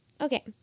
Okay